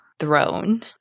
Throne